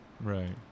right